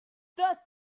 first